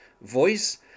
voice